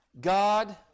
God